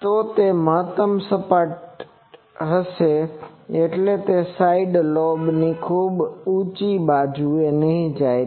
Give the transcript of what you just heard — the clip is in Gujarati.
તો તે મહત્તમ સપાટ હશે એટલે કે તે સાઈડ લૉબ ની ખૂબ ઉંચી બાજુએ નહીં જાય